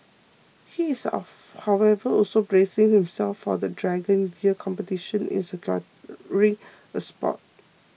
he is of however also bracing himself for the Dragon Year competition in securing a spot